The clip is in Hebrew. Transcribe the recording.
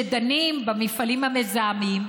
שדנות במפעלים המזהמים,